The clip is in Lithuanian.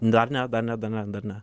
dar ne dar ne dar ne dar ne